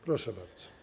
Proszę bardzo.